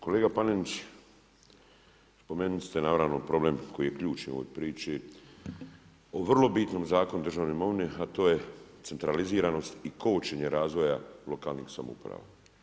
Kolega Panenić, spomenuli ste naravno problem koji je ključan u ovoj priči o vrlo bitnom zakonu državne imovine a to je centraliziranost i kočenje razvoja lokalnih samouprava.